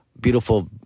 beautiful